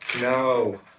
no